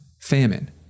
Famine